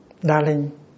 Darling